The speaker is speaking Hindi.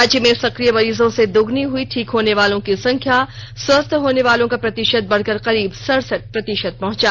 राज्य में सक्रिय मरीजों से दोगुनी हुई ठीक होने वालों की संख्या स्वस्थ होने वालों का प्रतिशत बढ़कर करीब सड़सठ प्रतिशत पहुंचा